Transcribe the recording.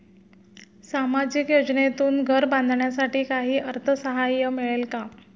सामाजिक योजनेतून घर बांधण्यासाठी काही अर्थसहाय्य मिळेल का?